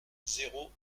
zéro